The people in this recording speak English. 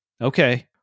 Okay